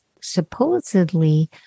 Supposedly